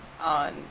on